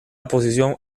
oposición